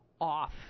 off